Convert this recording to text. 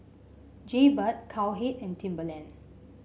Jaybird Cowhead and Timberland